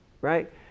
right